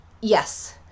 yes